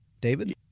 David